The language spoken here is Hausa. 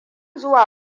zuwa